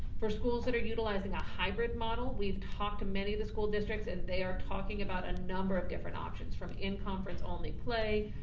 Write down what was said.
for schools that are utilizing a hybrid model, we've talked to many of the school districts and they are talking about a number of different options from in conference only play,